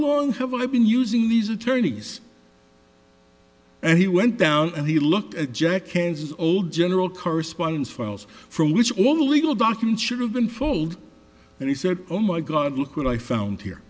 long have i been using these attorneys and he went down and he looked at jack ames old general correspondence files from which all the legal documents should have been fold and he said oh my god look what i found here